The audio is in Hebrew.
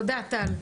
תודה, טל.